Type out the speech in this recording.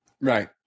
Right